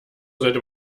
sollte